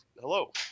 hello